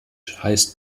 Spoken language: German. heißt